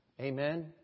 Amen